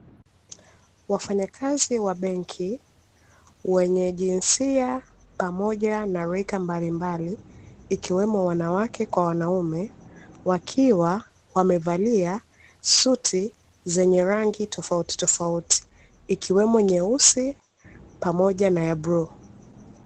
Wafanyakazi wa benki wenye jinsia pamoja na rika mbalimbali, ikiwemo wanawake kwa wanaume, wakiwa wamevalia suti zenye rangi tofautitofauti, ikiwemo nyeusi pamoja na ya bluu.